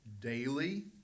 daily